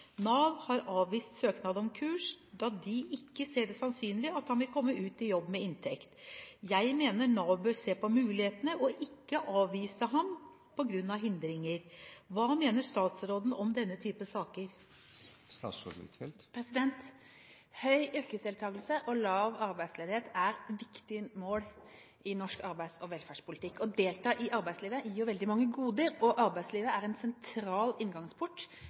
Nav har avvist søknad om kurs, da de ikke ser det sannsynlig at han vil komme ut i jobb med inntekt. Jeg mener Nav bør se på mulighetene og ikke avvise ham på grunn av hindringer. Hva mener statsråden om denne type saker?» Høy yrkesdeltakelse og lav arbeidsledighet er viktige mål i norsk arbeids- og velferdspolitikk. Å delta i arbeidslivet gir veldig mange goder, og arbeidslivet er en sentral inngangsport